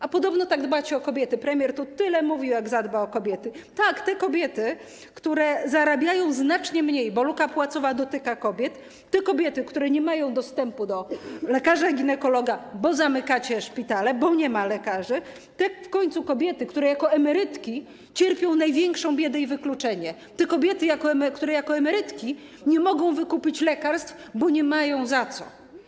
A podobno tak dbacie o kobiety, premier tu tyle mówił, jak zadba o kobiety - tak, te kobiety, które zarabiają znacznie mniej, bo luka płacowa dotyka kobiet, te kobiety, które nie mają dostępu do lekarza ginekologa, bo zamykacie szpitale, bo nie ma lekarzy, te w końcu kobiety, które jako emerytki cierpią największą biedę i wykluczenie, te kobiety, które jako emerytki nie mogą wykupić lekarstw, bo nie mają za co.